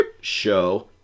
show